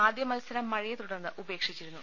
ആദ്യ മത്സരം മഴയെ തുടർന്ന് ഉപേക്ഷിച്ചിരുന്നു